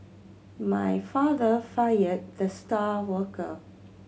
my father fired the star worker